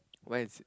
where is it